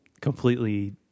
completely